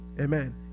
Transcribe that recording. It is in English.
amen